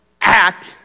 act